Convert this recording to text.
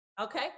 Okay